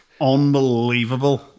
Unbelievable